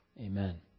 amen